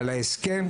אבל ההסכם,